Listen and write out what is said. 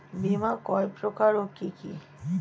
বীমা কয় প্রকার কি কি?